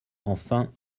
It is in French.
enfin